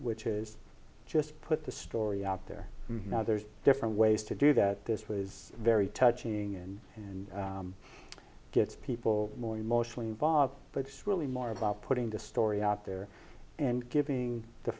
which is just put the story out there now there's different ways to do that this was very touching and gets people more emotionally involved but it's really more about putting the story out there and giving the